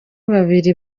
babiri